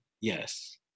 yes